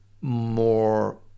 more